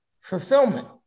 fulfillment